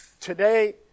today